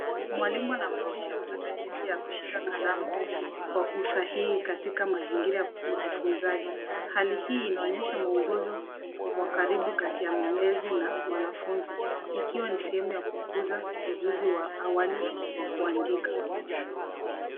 Mwalimu anamfundisha mtoto jinsi ya kushika kalamu kwa usahihi katika mazingira ya ujifunzaji. Hali hii inaonyesha mwongozo wa karibu kati ya mlezi na mwanafunzi ikiwa ni sehemu ya kukuza ujuzi wa awali wa kuandika.